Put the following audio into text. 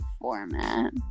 format